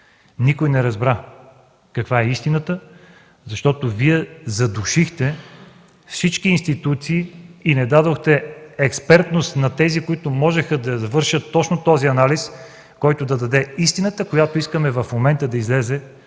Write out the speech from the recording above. Никой не разбра каква е истината, защото Вие задушихте всички институции и не дадохте възможност на тези, които можеха да извършат точно този анализ, който да даде истината, която и в момента искаме